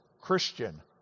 christian